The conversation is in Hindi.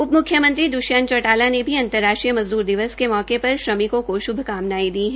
उप मुख्यमंत्री द्वष्यंत चौटाला ने भी अंतर्राष्ट्रीय मज़दूर दिवस के मौके पर श्रमिकों को श्भकामनाये दी है